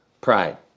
pride